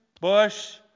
Bush